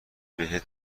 بهت